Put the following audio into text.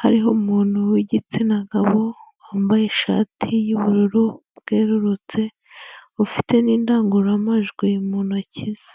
hariho umuntu w'igitsina gabo wambaye ishati y'ubururu bwererutse, ufite n'indangururamajwi mu ntoki ze.